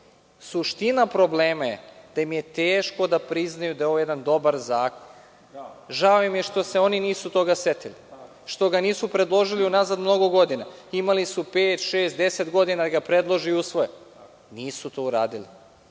Suština problema je da im je teško da priznaju da je ovo jedan dobar zakon. Žao im je što se oni toga nisu setili, što ga nisu predložili unazad mnogo godina. Imali su pet, šest, deset godina da ga predlože i usvoje, a nisu to uradili.